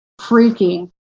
Freaky